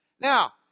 Now